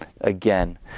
again